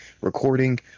recording